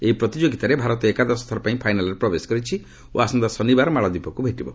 ଏହି ପ୍ରତିଯୋଗିତାରେ ଭାରତ ଏକାଦଶ ଥର ପାଇଁ ଫାଇନାଲ୍ରେ ପ୍ରବେଶ କରିଛି ଓ ଆସନ୍ତା ଶନିବାର ମାଳଦ୍ୱୀପକୁ ଭେଟିବ